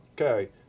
Okay